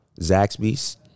Zaxby's